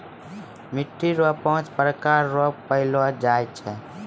मिट्टी रो पाँच प्रकार रो पैलो जाय छै